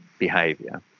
behavior